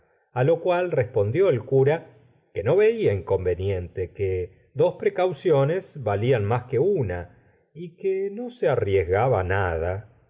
á lo cual respop dió el cura que no vefa inconveniente que dos precauciones valían más que una y que no se arriesgaba nada